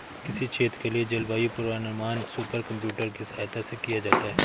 किसी क्षेत्र के लिए जलवायु पूर्वानुमान सुपर कंप्यूटर की सहायता से किया जाता है